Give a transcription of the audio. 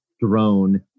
drone